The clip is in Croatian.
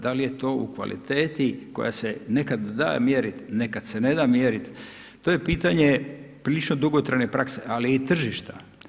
Da li je to u kvaliteti kojima se nekada da mjeriti, nekada se ne da mjeriti, to je pitanje prilično dugotrajne prakse, ali i tržišta.